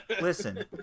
listen